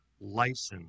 license